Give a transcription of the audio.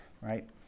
right